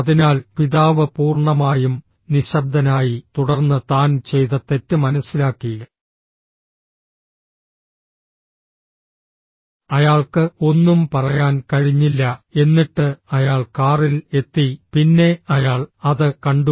അതിനാൽ പിതാവ് പൂർണ്ണമായും നിശ്ശബ്ദനായി തുടർന്ന് താൻ ചെയ്ത തെറ്റ് മനസ്സിലാക്കി അയാൾക്ക് ഒന്നും പറയാൻ കഴിഞ്ഞില്ല എന്നിട്ട് അയാൾ കാറിൽ എത്തി പിന്നെ അയാൾ അത് കണ്ടു